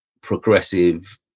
progressive